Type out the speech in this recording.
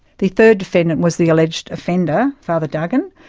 the third defendant was the alleged offender, father duggan.